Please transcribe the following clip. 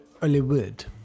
Hollywood